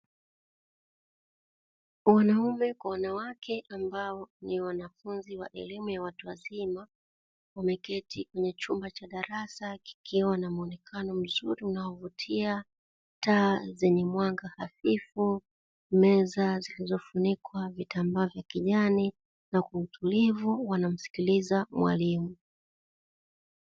Wanaume kwa wanawake ambao ni wanafunzi wa elimu ya watu wazima wameketi kwenye chumba cha darasa kikiwa na muonekano mzuri unaovutia, taa zenye mwanga hafifu, meza zilizofunikwa vitambaa vya kijani na kwa utulivu wanamsikiliza mwalimu.